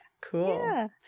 Cool